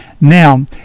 now